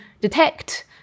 detect